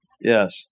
Yes